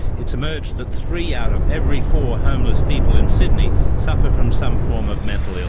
it's emerged that three out of every four homeless people in sydney suffer from some form of mental illness.